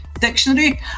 dictionary